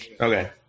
okay